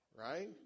right